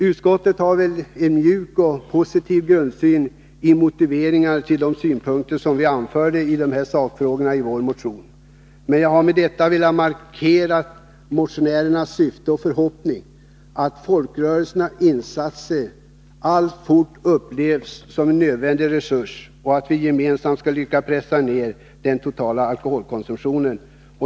Utskottet har en mjuk och positiv grundsyn i sina motiveringar när det gäller de synpunkter som vi anfört i sakfrågorna i vår motion, men jag har med detta anförande velat markera motionärernas syn och förhoppning, att folkrörelsernas insatser alltfort upplevs som en nödvändig resurs och att vi gemensamt skall lyckas pressa ned den totala alkoholkonsumtionen.